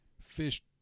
fish